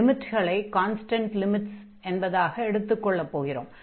லிமிட்களை constant limits என்பதாக எடுத்துக் கொள்ளப் போகிறோம்